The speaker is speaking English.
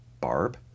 Barb